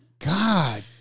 God